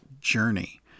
journey